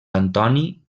antoni